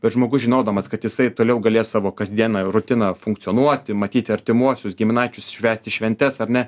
bet žmogus žinodamas kad jisai toliau galės savo kasdieną rutiną funkcionuoti matyti artimuosius giminaičius švęsti šventes ar ne